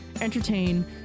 entertain